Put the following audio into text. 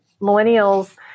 millennials